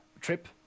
Trip